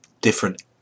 different